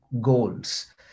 goals